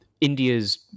India's